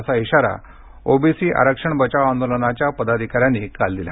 असा इशारा ओबीसी आरक्षण बचाव आंदोलनाच्या पदाधिकाऱ्यांनी काल दिला